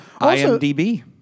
IMDb